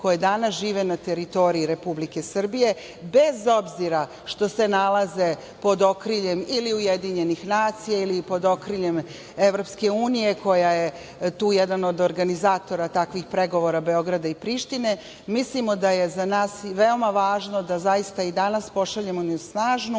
koji danas žive na teritoriji Republike Srbije, bez obzira što se nalaze pod okriljem ili UN ili pod okriljem EU koja je tu jedan od organizatora takvih pregovora Beograda i Prištine. Mislimo da je za nas veoma važno da i danas pošaljemo snažnu